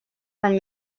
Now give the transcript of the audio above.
from